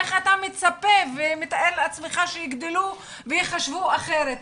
איך אתה מצפה ומתאר לעצמך שיגדלו ויחשבו אחרת?